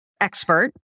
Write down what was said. expert